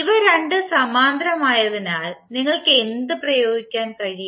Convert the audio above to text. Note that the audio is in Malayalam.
ഇവ രണ്ടും സമാന്തരമായതിനാൽ നിങ്ങൾക്ക് എന്ത് പ്രയോഗിക്കാൻ കഴിയും